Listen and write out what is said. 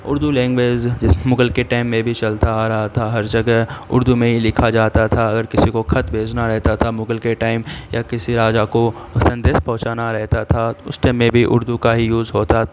Urdu language Mughal کے time میں بھی چلتا آ رہا تھا ہر جگہ اردو میں ہی لکھا جاتا تھا اگر کسی کو خط بھیجنا رہتا تھا مغل کے ٹائم یا کسی راجہ کو سندیش پہنچانا رہتا تھا اس ٹائم میں بھی اردو کا ہی یوز ہوتا